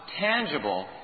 tangible